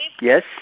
Yes